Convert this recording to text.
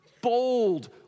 bold